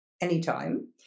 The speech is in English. anytime